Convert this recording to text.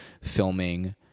filming